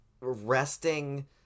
resting